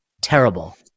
terrible